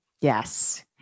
Yes